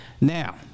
Now